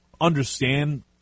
understand